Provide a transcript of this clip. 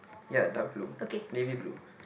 ya dark blue navy blue